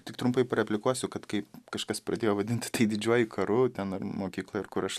tik trumpai pareplikuosiu kad kai kažkas pradėjo vadinti tai didžiuoju karu ten ar mokykloj ar kur aš